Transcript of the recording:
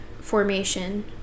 formation